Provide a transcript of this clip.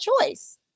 choice